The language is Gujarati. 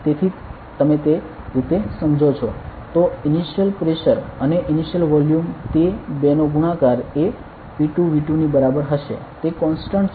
તેથી તમે તે રીતે સમજો છો તો ઇનિશિયલ પ્રેશર અને ઇનિશિયલ વોલ્યુમ તે બેનો ગુણાકાર એ P2V2 ની બરાબર હશે તે કોન્સ્ટન્ટ છે